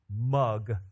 mug